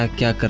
ah get get